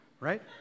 right